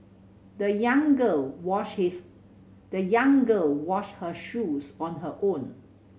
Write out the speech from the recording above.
the young girl washed his the young girl washed her shoes on her own